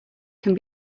can